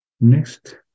Next